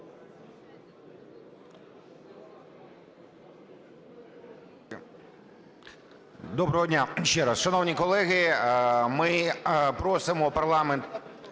Доброго дня